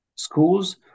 schools